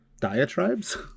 diatribes